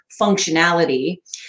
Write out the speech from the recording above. functionality